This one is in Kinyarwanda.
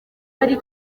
ari